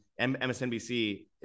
MSNBC